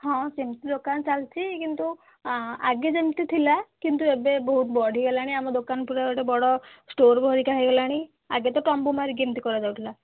ହଁ ସେମିତି ଦୋକାନ ଚାଲିଛି କିନ୍ତୁ ଆଗେ ଯେମିତି ଥିଲା କିନ୍ତୁ ଏବେ ବହୁତ ବଢ଼ିଗଲାଣି ଆମ ଦୋକାନ ପୁରା ଗୋଟେ ବଡ଼ ଷ୍ଟୋର୍ ଭଳିକା ହେଇଗଲାଣି ଆଗେ ତ ତମ୍ୱୁ ମାରିକି ଏମିତି କରାଯାଉଥିଲା